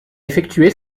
effectué